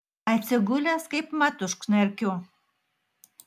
atsigulęs kaipmat užknarkiu